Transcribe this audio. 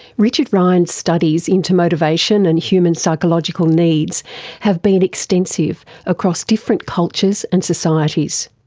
richard ryan's studies into motivation and human psychological needs have been extensive across different cultures and societies.